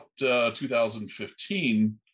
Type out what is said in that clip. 2015